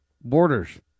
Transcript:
borders